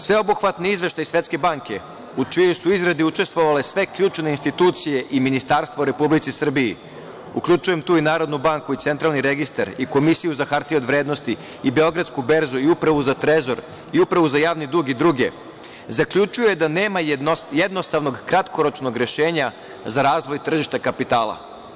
Sveobuhvatni izveštaji Svetske banke, u čijoj su izradi učestvovale sve ključne institucije i ministarstvo u Republici Srbiji, uključujem tu i NBS i Centralni registar i Komisiju za hartije od vrednosti, Beogradsku berzu i Upravu za trezor, Upravu za javni dug i druge, zaključuje da nema jednostavnog kratkoročnog rešenja za razvoj tržišta kapitala.